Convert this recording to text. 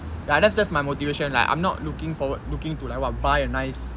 ya that's that's my motivation like I I'm not looking forward looking to buy a what nice